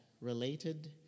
related